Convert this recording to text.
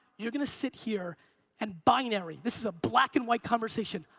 you're gonna sit here and binary, this is a black and white conversation.